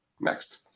Next